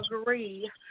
agree